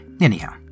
Anyhow